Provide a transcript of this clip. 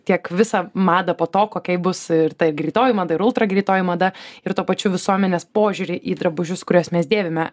tiek visą madą po to kokia ji bus ir ta greitoji mada ir utra greitoji mada ir tuo pačiu visuomenės požiūrį į drabužius kuriuos mes dėvime